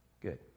Good